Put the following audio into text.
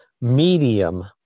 medium